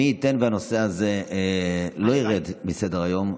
מי ייתן והנושא הזה לא ירד מסדר-היום.